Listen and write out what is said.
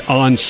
on